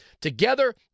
Together